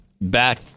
back